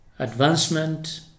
advancement